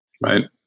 Right